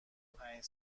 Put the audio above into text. پنج